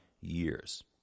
years